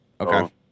Okay